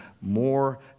more